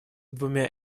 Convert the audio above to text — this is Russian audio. двумя